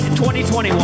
2021